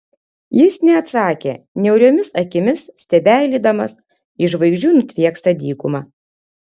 jis neatsakė niauriomis akimis stebeilydamas į žvaigždžių nutviekstą dykumą